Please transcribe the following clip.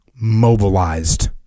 mobilized